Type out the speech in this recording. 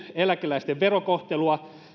eläkeläisten verokohtelua